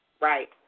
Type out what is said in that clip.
Right